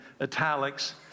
italics